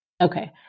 Okay